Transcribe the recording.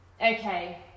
okay